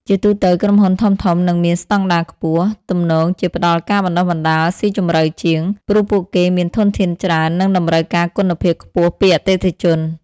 ជាទូទៅ ក្រុមហ៊ុនធំៗ និងមានស្តង់ដារខ្ពស់ ទំនងជាផ្តល់ការបណ្តុះបណ្តាលស៊ីជម្រៅជាង ព្រោះពួកគេមានធនធានច្រើន និងតម្រូវការគុណភាពខ្ពស់ពីអតិថិជន។